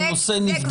הנושא נבדק פה.